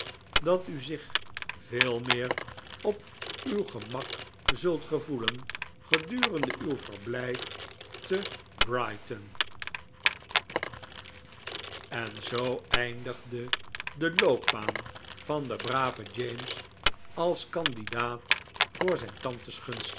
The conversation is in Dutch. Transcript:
dat u zich veel meer op uw gemak zult gevoelen gedurende uw verder verblijf te brighton en zoo eindigde de loopbaan van den braven james als candidaat voor zijn tantes